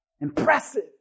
impressive